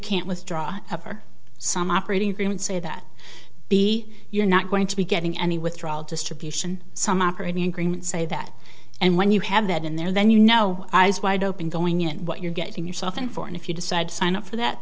can't withdraw a for some operating agreement say that b you're not going to be getting any withdrawal distribution some operating agreement say that and when you have that in there then you know eyes wide open going in what you're getting yourself in for and if you decide to sign up for that